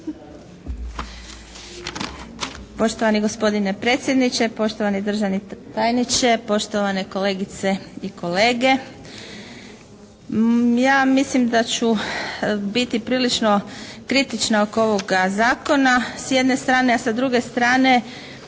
Poštovani gospodine predsjedniče, poštovani državni tajniče, poštovane kolegice i kolege. Ja mislim da ću biti prilično kritična oko ovoga zakona s jedne strane. A sa druge strane